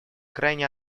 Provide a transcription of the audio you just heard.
крайне